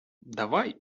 давай